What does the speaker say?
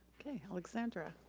okay, alexandra.